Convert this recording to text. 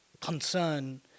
concern